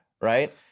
right